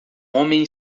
homem